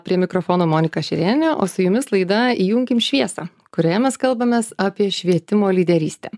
prie mikrofono monika šerienė o su jumis laida įjunkim šviesą kurioje mes kalbamės apie švietimo lyderystę